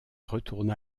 retourna